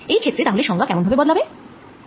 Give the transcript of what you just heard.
এই ক্ষেত্রে তা হলে সংজ্ঞা কেমন ভাবে বদলাবে